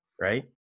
Right